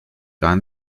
gar